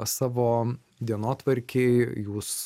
savo dienotvarkėj jūs